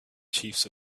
chiefs